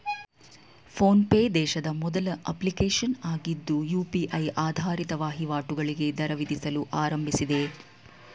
phone pay ದೇಶದ ಮೊದಲ application ಆಗಿದ್ದು ಯು.ಪಿ.ಐ ಆಧಾರಿತ ವಹಿವಾಟುಗಳಿಗೆ ದರ ವಿಧಿಸಲು ಆರಂಭಿಸಿದೆ